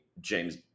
James